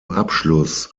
abschluss